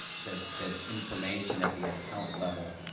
the the information at the account level,